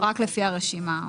רק לפי הרשימה.